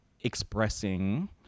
expressing